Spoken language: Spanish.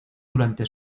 durante